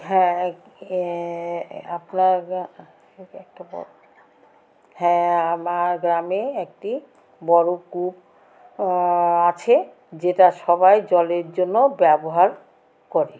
হ্যাঁ এ আপনার ওকে একটা বড় হ্যাঁ আমার গ্রামে একটি বড় কূপ আছে যেটা সবাই জলের জন্য ব্যবহার করে